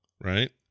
right